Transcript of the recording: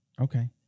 Okay